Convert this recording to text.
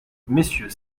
mmonsieur